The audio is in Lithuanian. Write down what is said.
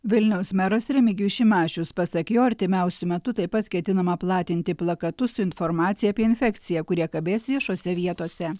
vilniaus meras remigijus šimašius pasak jo artimiausiu metu taip pat ketinama platinti plakatus su informacija apie infekciją kurie kabės viešose vietose